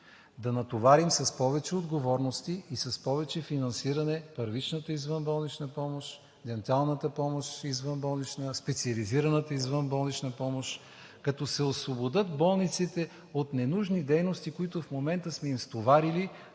да натоварим с повече отговорности и с повече финансиране първичната извънболнична помощ, денталната помощ, извънболнична, специализираната извънболнична помощ, като се освободят болниците от ненужни дейности, които в момента сме им стоварили